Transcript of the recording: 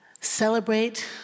celebrate